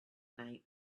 night